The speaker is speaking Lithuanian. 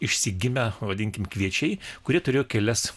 išsigimę vadinkim kviečiai kurie turėjo kelias